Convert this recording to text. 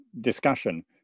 discussion